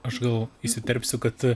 aš gal įsiterpsiu kad